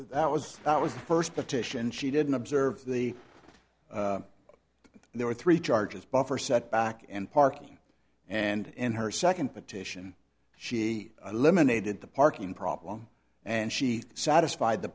that was that was the first petition she didn't observe the there were three charges buffer setback and parking and in her second petition she eliminated the parking problem and she satisfied the